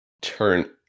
turn